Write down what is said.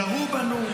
ירו בנו,